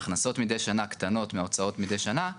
ההכנסות מידי שנה קטנות מההוצאות מידי שנה,